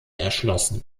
erschlossen